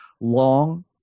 long